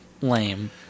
lame